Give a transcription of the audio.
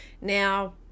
Now